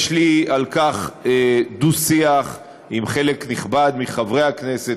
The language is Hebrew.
יש לי על כך דו-שיח עם חלק נכבד מחברי הכנסת,